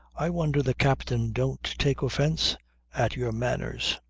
i wonder the captain don't take offence at your manners.